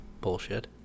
bullshit